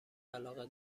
علاقه